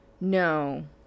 no